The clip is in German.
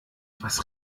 was